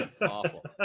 awful